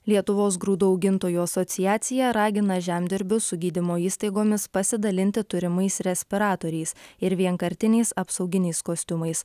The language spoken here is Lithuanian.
lietuvos grūdų augintojų asociacija ragina žemdirbius su gydymo įstaigomis pasidalinti turimais respiratoriais ir vienkartiniais apsauginiais kostiumais